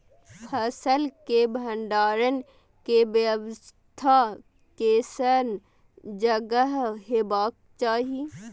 फसल के भंडारण के व्यवस्था केसन जगह हेबाक चाही?